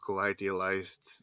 idealized